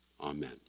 Amen